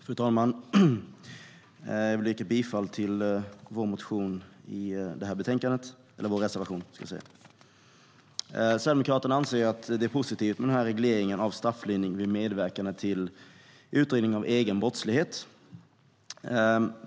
Fru talman! Jag yrkar bifall till vår reservation i detta betänkande. Strafflindring vid med-verkan till utredning av egen brottslighet Sverigedemokraterna anser att det är positivt med denna reglering av strafflindring vid medverkan till utredning av egen brottslighet.